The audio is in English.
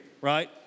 right